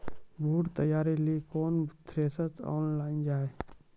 बूटा तैयारी ली केन थ्रेसर आनलऽ जाए?